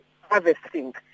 harvesting